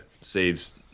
saves